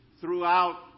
throughout